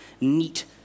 neat